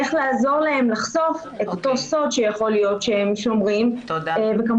איך לעזור להם לחשוף את אותו סוד שיכול להיות שהם שומרים וכמובן